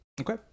Okay